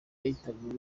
yahitanywe